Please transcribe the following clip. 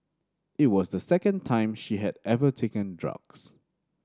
it was the second time she had ever taken drugs